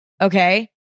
okay